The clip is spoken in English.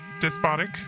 Despotic